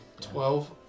Twelve